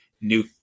new